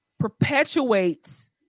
perpetuates